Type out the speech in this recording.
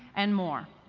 and more.